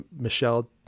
Michelle